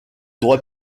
droit